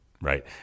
right